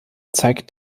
zeigt